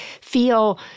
feel